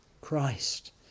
christ